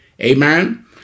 amen